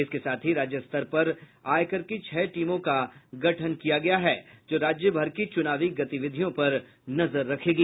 इसके साथ ही राज्य स्तर पर आयकर की छह टीमों का गठन किया गया है जो राज्य भर की चुनावी गतिविधियों पर नजर रखेंगी